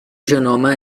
genoma